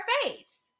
face